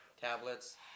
tablets